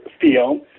feel